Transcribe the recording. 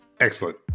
Excellent